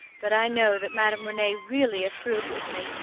but i know that madame rene really approved of me,